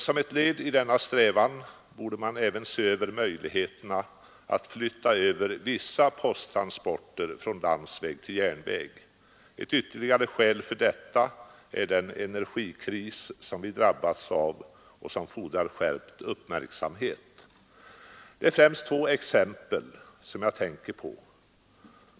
Som ett led i denna strävan borde man även se över möjligheterna att flytta över vissa posttransporter från landsväg till järnväg. Ett ytterligare skäl för detta är den energikris som vi drabbats av och som fordrar skärpt uppmärksamhet. Det är främst två exempel som jag tänker på.